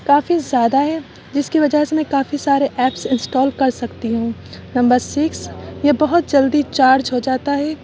کافی زیادہ ہے جس کی وجہ سے میں کافی سارے ایپس انسٹال کر سکتی ہوں نمبر سکس یہ بہت جلدی چارج ہو جاتا ہے